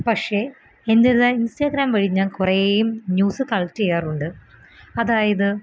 പക്ഷേ എന്തിരുന്നാലും ഇൻസ്റ്റഗ്രാം വഴി ഞാൻ കൊറേം ന്യൂസ് കളക്ട് ചെയ്യാറുണ്ട് അതായത്